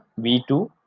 V2